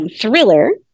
thriller